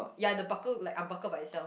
ya the buckle like unbuckled by itself